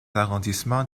arrondissements